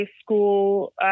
school